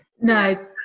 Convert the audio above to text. no